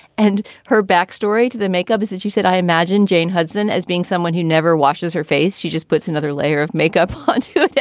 and her backstory to the makeup is that she said, i imagine jane hudson as being someone who never washes her face. she just puts another layer of makeup on it. yeah